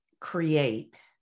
create